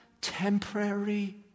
temporary